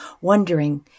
wondering